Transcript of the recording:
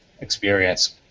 experience